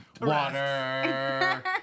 water